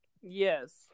yes